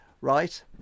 Right